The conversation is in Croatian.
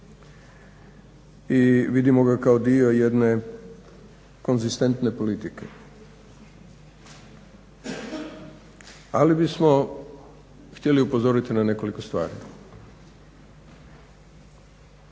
I vidimo ga kao dio jedne konzistentne politike. Ali bi smo htjeli upozoriti na nekoliko stvari.